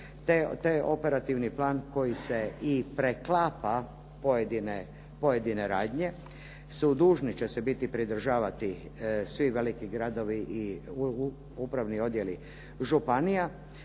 te operativni plan koji se i preklapa pojedine radnje su dužni će se biti pridržavati svi veliki gradovi i upravni odjeli županija